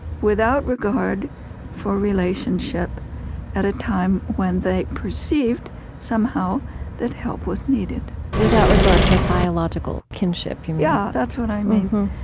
without regard for relationship at a time when they perceived somehow that help was needed without regard for biological kinship, you mean yeah, that's what i mean.